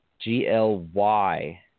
G-L-Y